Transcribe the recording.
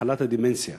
מחלת הדמנציה.